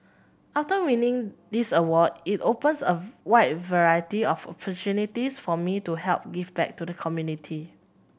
after winning this award it opens a wide variety of opportunities for me to help give back to the community